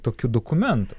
tokių dokumentų